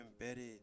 embedded